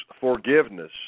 forgiveness